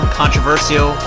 controversial